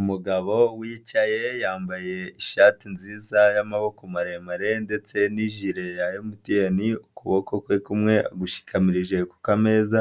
Umugabo wicaye, yambaye ishati nziza y'amaboko maremare ndetse n'ijire ya MTN, ukuboko kwe kumwe agushikamirije ku kameza,